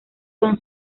son